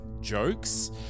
jokes